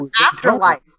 afterlife